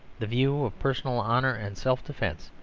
the view of personal honour and self-defence,